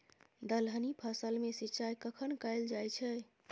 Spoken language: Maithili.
दलहनी फसल मे सिंचाई कखन कैल जाय छै?